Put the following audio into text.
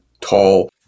tall